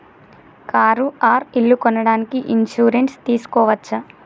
Car or ఇల్లు కొనడానికి insurance తీస్కోవచ్చా?